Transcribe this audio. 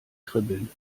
kribbeln